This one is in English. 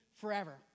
forever